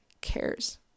cares